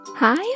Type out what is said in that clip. Hi